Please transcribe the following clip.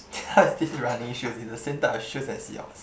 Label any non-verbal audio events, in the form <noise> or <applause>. <laughs> how is this running shoes is the same type of shoes as yours